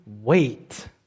wait